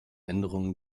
änderungen